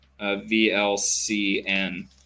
VLCN